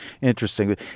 Interesting